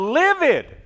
livid